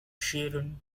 sharon